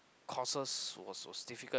courses was was difficult